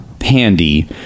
handy